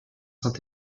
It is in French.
saint